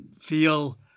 feel